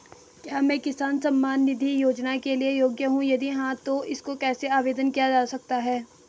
क्या मैं किसान सम्मान निधि योजना के लिए योग्य हूँ यदि हाँ तो इसको कैसे आवेदन किया जा सकता है?